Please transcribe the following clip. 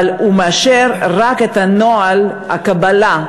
אבל הוא מאשר רק את נוהל הקבלה.